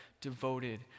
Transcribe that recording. devoted